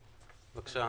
בבקשה.